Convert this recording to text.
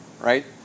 right